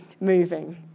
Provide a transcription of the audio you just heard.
moving